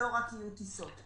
לא רק של הטיסות.